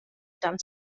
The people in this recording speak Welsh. dan